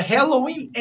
Halloween